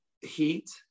heat